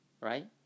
right